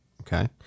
Okay